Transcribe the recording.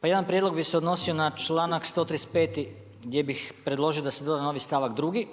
Pa jedan prijedlog bi se odnosio na čl.135. gdje bih preložio da se doda novi stavak 2,